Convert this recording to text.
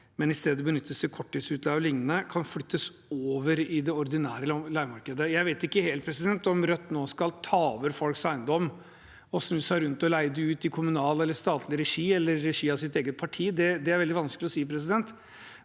men i stedet benyttes til korttidsutleie og liknende, kan flyttes over i det ordinære leiemarkedet.» Jeg vet ikke helt om Rødt nå skal ta over folks eiendommer og snu seg rundt og leie dem ut i kommunal eller statlig regi, eller i regi av sitt eget parti – det er veldig vanskelig å si. Uansett